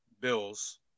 Bills